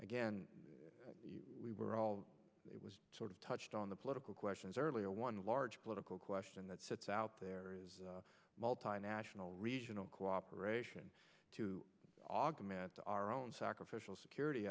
again we were all it was sort of touched on the political questions earlier one large political question that sits out there is a multinational regional cooperation to augment our own sacrificial security